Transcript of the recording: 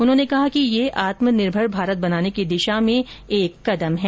उन्होंने कहा कि यह आत्मनिर्मर भारत बनाने की दिशा में एक कदम है